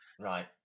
Right